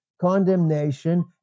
condemnation